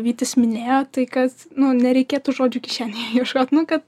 vytis minėjo tai kad nu nereikėtų žodžių kišenėje ieškot nu kad